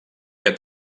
que